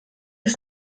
ist